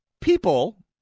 people